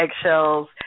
eggshells